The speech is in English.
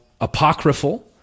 apocryphal